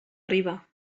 riba